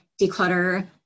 declutter